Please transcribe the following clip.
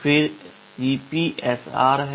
फिर CPSR है